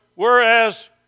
Whereas